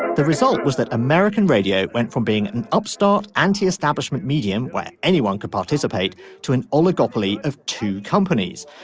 the result was that american radio went from being an upstart anti-establishment medium where anyone could participate to an oligopoly of two companies.